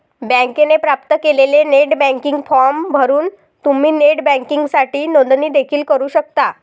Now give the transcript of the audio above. बँकेने प्राप्त केलेला नेट बँकिंग फॉर्म भरून तुम्ही नेट बँकिंगसाठी नोंदणी देखील करू शकता